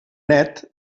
net